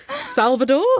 Salvador